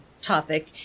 topic